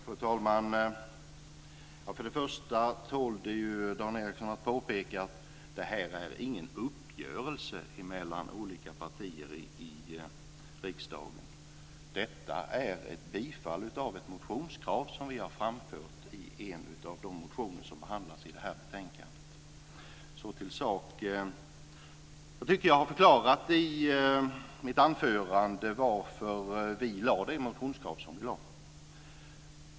Fru talman! Det tål att påpekas, Dan Ericsson, att det inte är fråga om en uppgörelse mellan olika partier i riksdagen, utan det är fråga om bifall till ett motionskrav som vi har framfört i en av de motioner som behandlas i det här betänkandet. Så till sakfrågan. Jag tycker att jag i mitt anförande förklarade varför vi hade de motionskrav som vi hade.